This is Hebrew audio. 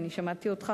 אני שמעתי אותך,